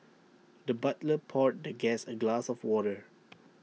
the butler poured the guest A glass of water